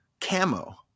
camo